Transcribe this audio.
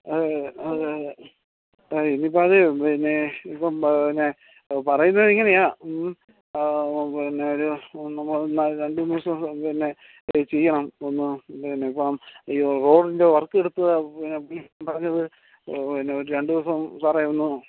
ആ അതെ അതെ അതെ അതെ ആ ഇന്നിപ്പം അതേ പിന്നെ ഇപ്പം പിന്നെ പറയുന്നത് ഇങ്ങനെയാണ് പിന്നെ ഒരു ഒന്ന് മൂന്ന് നാല് രണ്ട് മൂന്ന് ദിവസം പിന്നെ ചെയ്യണം ഒന്ന് പിന്നെ ഇപ്പം ഈ റോഡിൻ്റെ വർക്കെട്ത്തത് പിന്നെ പറഞ്ഞത് പിന്നെ ഒരു രണ്ട് ദിവസം സാറേ ഒന്ന്